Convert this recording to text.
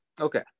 Okay